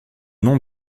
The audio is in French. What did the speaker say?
nom